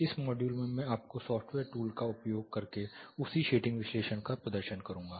इस मॉड्यूल में मैं आपको सॉफ्टवेयर टूल का उपयोग करके उसी शेडिंग विश्लेषण का प्रदर्शन करूंगा